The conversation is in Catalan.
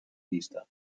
vista